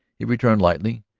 he returned lightly.